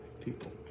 people